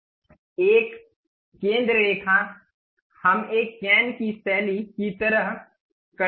एक केंद्र रेखा हम एक कैन की शैली की तरह करना चाहते हैं